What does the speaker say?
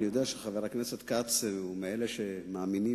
אני יודע שחבר הכנסת כץ הוא מאלה שמאמינים